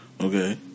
Okay